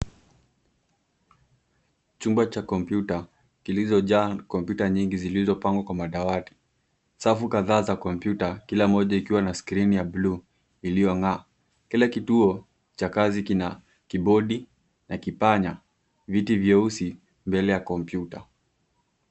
Chumba cha kompyuta, kilichojaa kompyuta nyingi zilizopangwa kwa madawati. Safu kadhaa za kompyuta, kila moja ikiwa na skrini ya bluu iliyong'aa. Kila kituo cha kazi kina kibodi na kipanya, viti vyeusi mbele ya kompyuta.